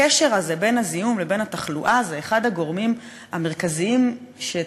הקשר הזה בין הזיהום לבין התחלואה הוא אחד הגורמים המרכזיים שצריך,